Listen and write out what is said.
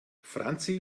franzi